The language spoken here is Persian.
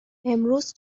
امروز